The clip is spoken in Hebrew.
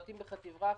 בועטים בך תברח.